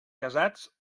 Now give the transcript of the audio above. casats